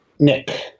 Nick